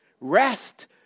rest